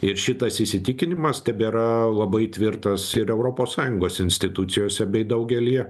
ir šitas įsitikinimas tebėra labai tvirtas ir europos sąjungos institucijose bei daugelyje